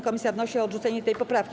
Komisja wnosi o odrzucenie tej poprawki.